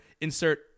insert